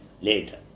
later